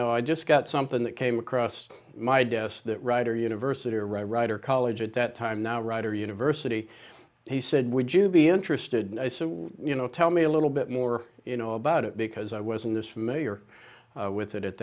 know i just got something that came across my desk that writer university or writer college at that time the writer university he said would you be interested you know tell me a little bit more you know about it because i was in this familiar with it at